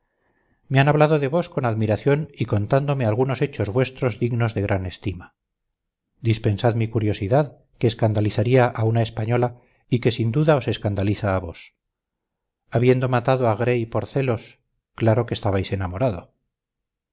me han hablado de vos con admiración y contádome algunos hechos vuestros dignos de gran estima dispensad mi curiosidad que escandalizaría a una española y que sin duda os escandaliza a vos habiendo matado a gray por celos claro que estabais enamorado